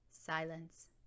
Silence